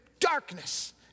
Darkness